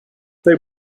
they